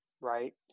right